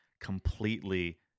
completely